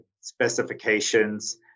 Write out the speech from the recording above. specifications